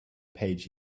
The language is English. page